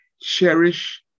Cherish